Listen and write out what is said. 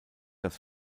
das